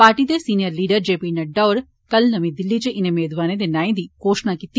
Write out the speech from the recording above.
party दे senior leader J P Nadda होरें कल नमीं दिल्ली च इनें मेदवारें दे नाएं दी घोषणा कीती